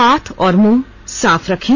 हाथ और मुंह साफ रखें